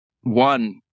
one